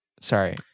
Sorry